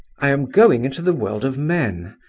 i am going into the world of men.